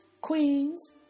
queens